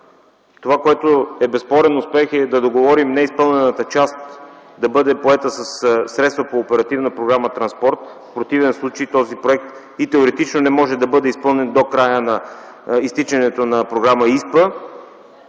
това, което е безспорен успех, е да договорим неизпълнената част да бъде поета със средства по Оперативна програма „Транспорт”. В противен случай този проект и теоретично не може да бъде изпълнен до края на изтичането на Програма ИСПА.